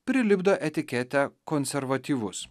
prilipdo etiketę konservatyvus